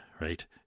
right